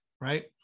right